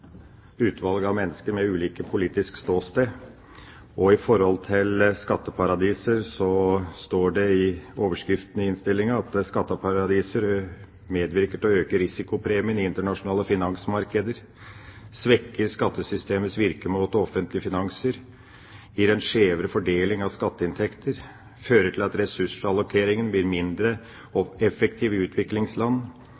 utvalg av mennesker med ulikt politisk ståsted. Når det gjelder skatteparadiser, står det i overskriftene i NOU-en at skatteparadiser medvirker til å øke «risikopremien i internasjonale finansmarkeder», «svekker skattesystemets virkemåte og offentlige finanser», gir «en skjevere fordeling av skatteinntekter», «fører til at ressursallokeringen blir mindre effektiv i utviklingsland», «gjør det mer lønnsomt med økonomisk kriminalitet» og